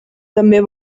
també